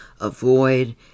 avoid